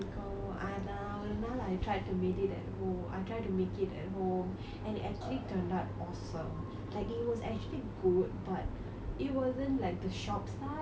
I ஒரு நாள்:oru naal I tried to made it at home I try to make it at home and it actually turned out awesome like it was actually good but it wasn't like the shops style